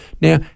Now